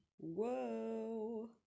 Whoa